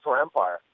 empire